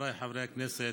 חבריי חברי הכנסת,